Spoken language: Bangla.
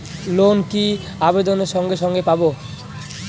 লোন কি আবেদনের সঙ্গে সঙ্গে পাব?